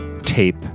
tape